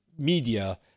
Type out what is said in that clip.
media